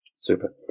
Super